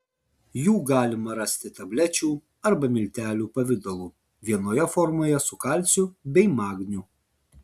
jų galima rasti tablečių arba miltelių pavidalu vienoje formoje su kalciu bei magniu